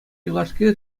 юлашки